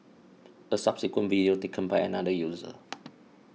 a subsequent video taken by another user